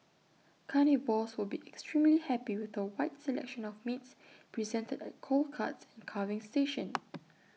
carnivores would be extremely happy with A wide selection of meats presented at cold cuts and carving station